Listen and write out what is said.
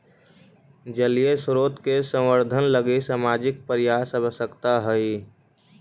जलीय स्रोत के संवर्धन लगी सामाजिक प्रयास आवश्कता हई